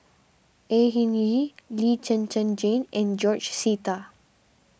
Au Hing Yee Lee Zhen Zhen Jane and George Sita